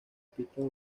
pistas